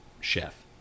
Chef